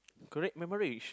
correct memoration